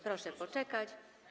Proszę poczekać.